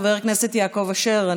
חבר הכנסת יעקב אשר,